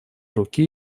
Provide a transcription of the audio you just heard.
руки